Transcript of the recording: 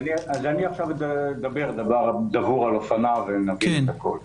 אני אדבר דבר דבור על אופניו ונבין הכול.